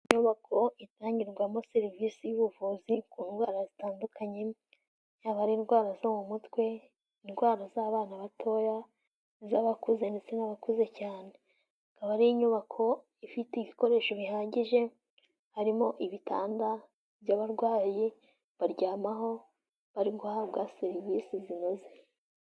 Inyubako itangirwamo serivisi y'ubuvuzi ku ndwara zitandukanye, yaba ari indwara zo mu mutwe, indwara z'abana batoya, iz'abakuze ndetse n'abakuze cyane, ikaba ari inyubako ifite ibikoresho bihagije, harimo ibitanda by'abarwayi baryamaho bari guhabwa serivisi zinoze.